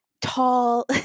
tall